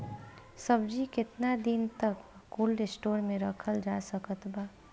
सब्जी केतना दिन तक कोल्ड स्टोर मे रखल जा सकत बा?